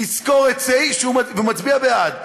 מצביע בעד,